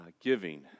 giving